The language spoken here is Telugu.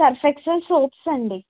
సర్ఫెక్సెల్ సోప్స్ అండి